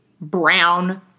brown